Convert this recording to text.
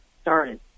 started